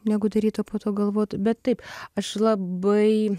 negu daryt o po to galvot bet taip aš labai